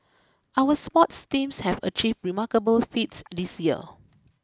our sports teams have achieved remarkable feats this year